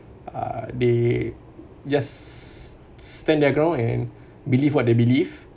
uh they just stand their ground and believe what they believe